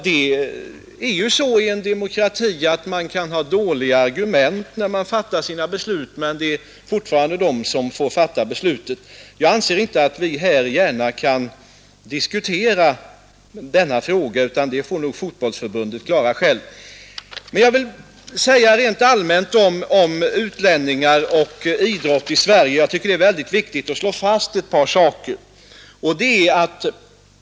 Det är ju så i en demokrati att man kan ha dåliga argument när man fattar sina beslut, men det påverkar inte ens rätt att fatta besluten. Jag anser att vi här inte gärna kan diskutera denna fråga, utan den får nog Fotbollförbundet klara självt. Rent allmänt när det gäller utlänningar och idrott i Sverige tycker jag emellertid att det är väldigt viktigt att slå fast ett par saker.